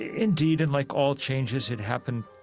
indeed, and like all changes it happened